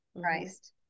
Christ